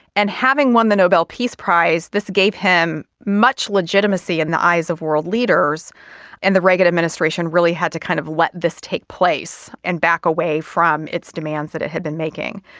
and having won the nobel peace prize, this gave him much legitimacy in and the eyes of world leaders and the reagan administration really had to kind of let this take place and back away from its demands that it had been making.